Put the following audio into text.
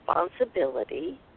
responsibility